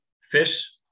fish